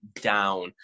down